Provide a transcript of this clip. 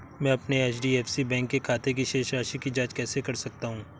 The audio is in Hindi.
मैं अपने एच.डी.एफ.सी बैंक के खाते की शेष राशि की जाँच कैसे कर सकता हूँ?